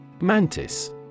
Mantis